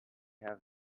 have